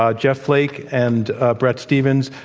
ah jeff flake and bret stephens,